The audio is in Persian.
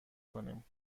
کنیم